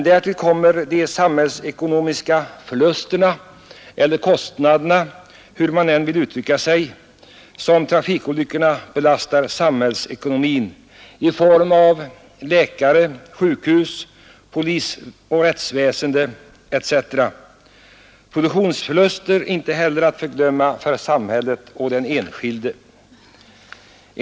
Därtill kommer de samhällsekonomiska förlusterna — eller kostnaderna; beroende på hur man vill uttrycka sig — som trafikolyckorna belastar samhällsekonomin med, i form av läkare, sjukhus, polisoch rättsväsende etc., inte heller att förglömma produktionsförluster för samhället och den enskilde.